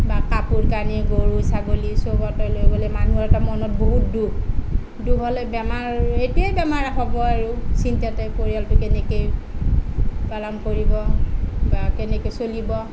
বা কাপোৰ কানি গৰু ছাগলী চব ওটোৱাই লৈ গ'লে মানুহৰ এটা মনত বহুত দুখ দুখ হ'লে বেমাৰ এইটোৱে বেমাৰ হ'ব আৰু চিন্তাতে পৰিয়ালটো কেনেকৈ পালন কৰিব বা কেনেকৈ চলিব